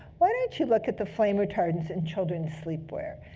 why don't you look at the flame retardants in children's sleepwear?